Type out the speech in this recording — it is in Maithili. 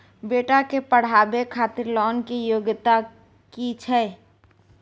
बेटा के पढाबै खातिर लोन के योग्यता कि छै